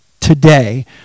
today